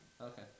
okay